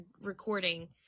recording